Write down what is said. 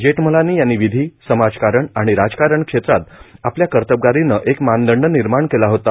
जेठमलानी यांनी विधी समाजकारण आणि राजकारण क्षेत्रात आपल्या कर्तबगारीनं एक मानदंड निर्माण केला होता